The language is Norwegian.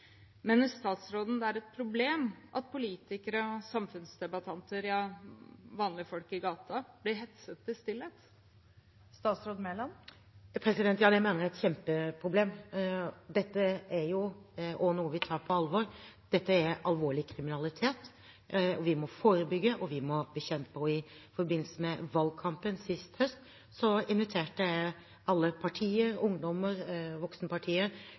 Mener statsråden det er et problem at politikere og samfunnsdebattanter, ja, vanlige folk i gata, blir hetset i stillhet? Ja, det mener jeg er et kjempeproblem. Dette er jo også noe vi tar på alvor. Dette er alvorlig kriminalitet, og vi må forebygge og bekjempe. Og i forbindelse med valgkampen sist høst inviterte jeg alle